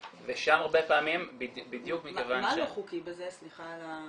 ושם הרבה פעמים --- מה לא חוקי בזה, סליחה על ה